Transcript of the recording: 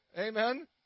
Amen